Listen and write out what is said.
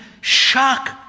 shock